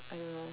I don't know